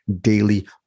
daily